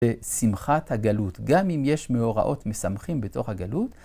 ושמחת הגלות, גם אם יש מאורעות משמחים בתוך הגלות.